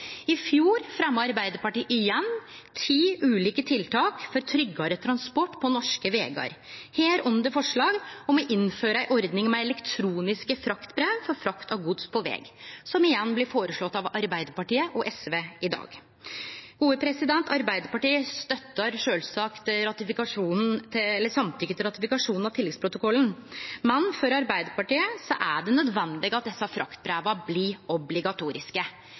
i Noreg. I fjor fremja Arbeidarpartiet igjen ti ulike tiltak for tryggare transport på norske vegar, bl.a. forslag om å innføre ei ordning med elektroniske fraktbrev for frakt av gods på veg, noko som igjen blir føreslått av Arbeidarpartiet og SV i dag. Arbeidarpartiet støttar sjølvsagt samtykket til ratifikasjonen av tilleggsprotokollen, men for Arbeidarpartiet er det nødvendig at desse fraktbreva blir obligatoriske.